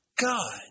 God